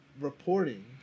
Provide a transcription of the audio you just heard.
reporting